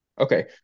Okay